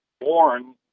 born